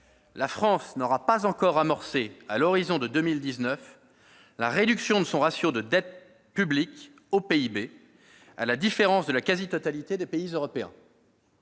La France n'aura pas encore amorcé, à l'horizon de 2019, la réduction de son ratio de dette publique au PIB, à la différence de la quasi-totalité des pays européens.